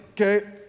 Okay